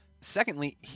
Secondly